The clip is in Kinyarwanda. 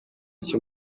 icyo